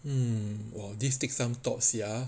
hmm !wow! this takes some thought sia